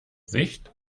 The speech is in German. sicht